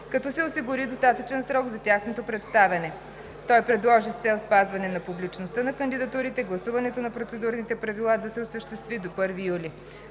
като се осигури достатъчен срок за тяхното представяне. Той предложи с цел спазване на публичността на кандидатурите гласуването на процедурните правила да се осъществи до 1 юли.